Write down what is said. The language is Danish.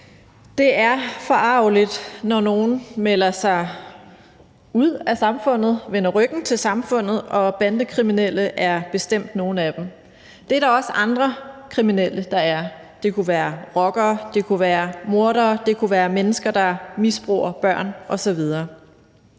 Det er forargeligt, når nogen melder sig ud af samfundet, vender ryggen til samfundet, og bandekriminelle er bestemt nogle af dem. Det er der også andre kriminelle, der er. Det kunne være rockere, det kunne være mordere, det kunne være mennesker, der misbruger børn osv.